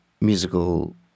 musical